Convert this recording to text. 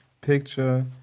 picture